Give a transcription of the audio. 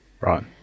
Right